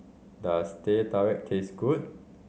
does Teh Tarik taste good